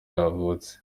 yavutse